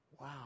Wow